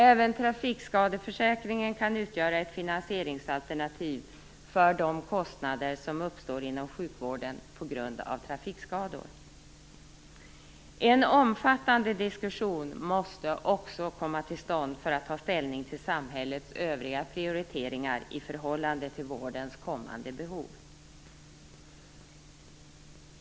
Även trafikskadeförsäkringen kan utgöra ett finansieringsalternativ för de kostnader som uppstår inom sjukvården på grund av trafikskador. En omfattande diskussion måste också komma till stånd för att ta ställning till samhällets övriga prioriteringar i förhållande till vårdens kommande behov.